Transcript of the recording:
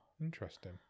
Interesting